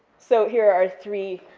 so here are three,